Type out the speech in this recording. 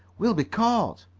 we'll be caught!